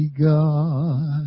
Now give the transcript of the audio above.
God